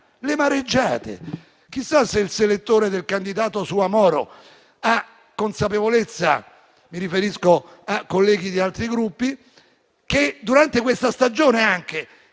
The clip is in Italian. le mareggiate. Chissà se il selettore del candidato Soumahoro ha consapevolezza - mi riferisco a colleghi di altri Gruppi - che anche durante questa stagione il